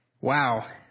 Wow